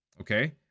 Okay